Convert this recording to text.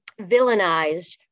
villainized